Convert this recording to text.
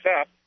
up